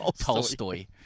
Tolstoy